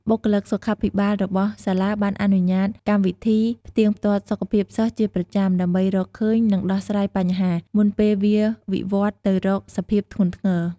បុគ្គលិកសុខាភិបាលរបស់សាលាបានអនុវត្តកម្មវិធីផ្ទៀងផ្ទាត់សុខភាពសិស្សជាប្រចាំ ដើម្បីរកឃើញ និងដោះស្រាយបញ្ហា មុនពេលវាវិវត្តន៍ទៅរកសភាពធ្ងន់ធ្ងរ។